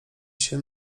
się